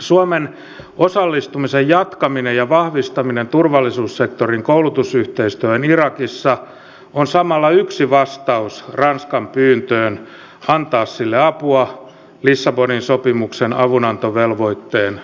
suomen osallistumisen jatkaminen ja vahvistaminen turvallisuussektorin koulutusyhteistyössä irakissa on samalla yksi vastaus ranskan pyyntöön antaa sille apua lissabonin sopimuksen avunantovelvoitteen pohjalta